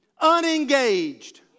Unengaged